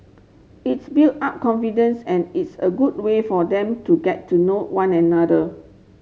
it's build up confidence and it's a good way for them to get to know one another